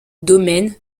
domaine